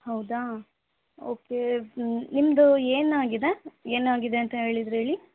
ಹೌದಾ ಓಕೆ ನಿಮ್ದು ಏನಾಗಿದೆ ಏನಾಗಿದೆ ಅಂತ ಹೇಳಿದ್ರಿ ಹೇಳಿ